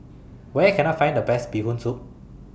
Where Can I Find The Best Bee Hoon Soup